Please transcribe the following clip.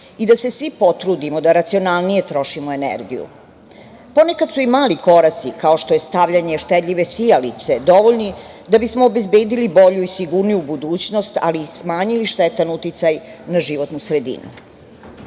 i da se svi potrudimo da racionalnije trošimo energiju. Ponekad su i mali koraci, kao što je stavljanje štedljive sijalice, dovoljni da bismo obezbedili bolju i sigurniju budućnost, ali i smanjili štetan uticaj na životnu sredinu. Pojam